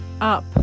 up